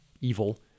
evil